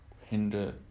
hinder